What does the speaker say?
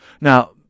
Now